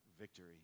victory